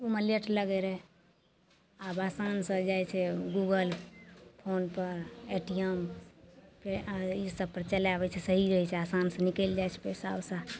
ओहिमे लेट लगै रहै आब आसानसे जाइ छै गूगल फोनपर ए टी एम फे ईसबपर चलाबै छै सही रहै छै आसानसे निकलि जाइ छै पइसा उसा